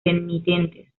penitentes